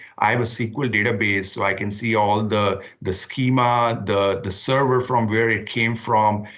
i will sql database, so i can see all the the schema, the the server from where it came from.